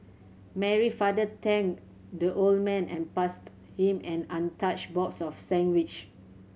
Mary father thanked the old man and passed him an untouched box of sandwich